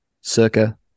circa